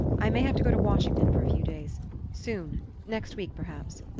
i may have to go to washington for a few days soon next week perhaps.